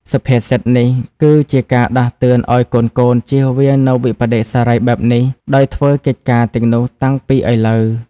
សុភាសិតនេះគឺជាការដាស់តឿនឲ្យកូនៗជៀសវាងនូវវិប្បដិសារីបែបនេះ ដោយធ្វើកិច្ចការទាំងនោះតាំងពីឥឡូវ។